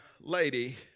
lady